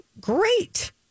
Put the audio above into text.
Great